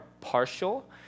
partial